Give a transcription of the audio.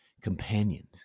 Companions